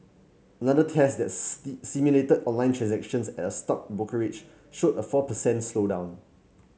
another test that simulated online transactions at a stock brokerage showed a four per cent slowdown